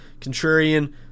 Contrarian